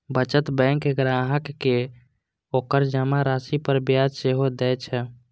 बचत बैंक ग्राहक कें ओकर जमा राशि पर ब्याज सेहो दए छै